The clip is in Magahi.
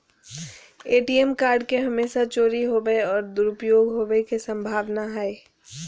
ए.टी.एम कार्ड के हमेशा चोरी होवय और दुरुपयोग होवेय के संभावना हइ